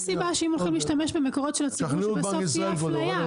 אין סיבה שאם הולכים להשתמש במקורות של הציבור שבסוף תהיה אפליה,